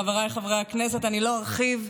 חבריי חברי הכנסת, אני לא ארחיב.